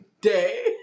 day